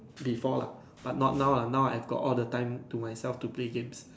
before lah but not now ah now I've got all the time to myself to play games